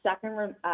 second